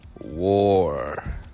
war